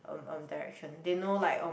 um direction they know like